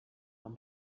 com